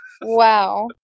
Wow